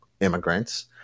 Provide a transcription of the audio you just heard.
immigrants